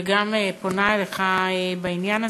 וגם פונה אליך בעניין הזה.